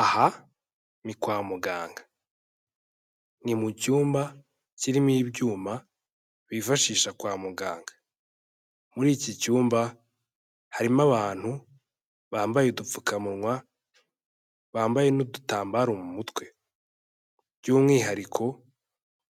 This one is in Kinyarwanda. Aha ni kwa muganga. Ni mu cyumba kirimo ibyuma bifashisha kwa muganga. Muri iki cyumba harimo abantu bambaye udupfukamunwa, bambaye n'udutambaro mu mutwe. By'umwihariko